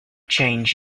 change